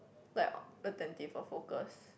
like a~ attentive or focused